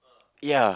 ya